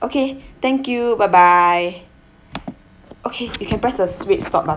okay thank you bye bye okay you can press the switch stop but~